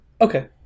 Okay